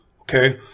Okay